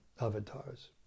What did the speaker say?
Avatars